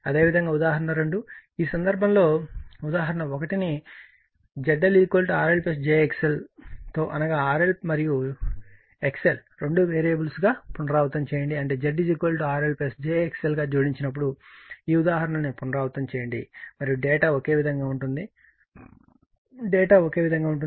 అదేవిధంగా ఉదాహరణ 2 ఈ సందర్భంలో ఉదాహరణ 1 ను ZL RL j XL తో అనగా RL మరియు XL రెండూ వేరియబుల్స్ గా పునరావృతం చేయండి అంటే Z RL j XL జోడించినప్పుడు ఈ ఉదాహరణను పునరావృతం చేయండి మరియు డేటా ఒకే విధంగా ఉంటుంది డేటా ఒకే విధంగా ఉంటుంది